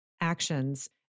actions